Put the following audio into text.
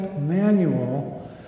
manual